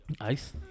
Ice